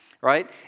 right